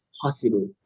possible